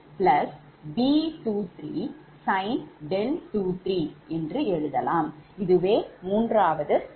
இதை மூன்றாவது சமன்பாடு